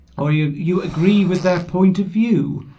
or you you agree with their point of view